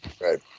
Right